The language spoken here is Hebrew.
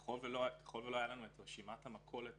ככל שלא הייתה לנו רשימת המכולת